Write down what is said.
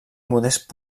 modest